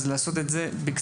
אז לעשות את זה בקצרה,